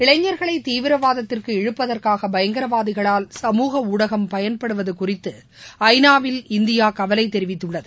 இளைஞர்களை தீவிரவாதத்திற்கு இழுப்பதற்காக பயங்கரவாதிகளால் சமூக ஊடகம் பயன்படுத்துவது குறித்து ஐநாவில் இந்தியா கவலை தெரிவித்துள்ளது